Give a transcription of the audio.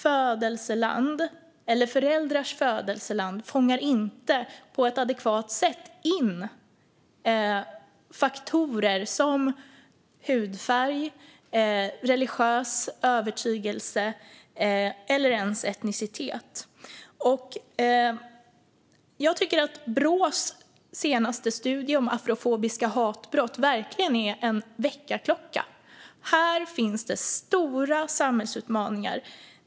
Föräldrars födelseland fångar nämligen inte på ett adekvat sätt in faktorer som hudfärg, religiös övertygelse eller ens etnicitet. Jag tycker att Brås senaste studie om afrofobiska hatbrott verkligen är en väckarklocka. Här finns det stora samhällsutmaningar.